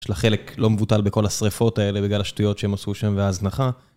יש לה חלק לא מבוטל בכל השריפות האלה בגלל השטויות שהם עשו שם וההזנחה.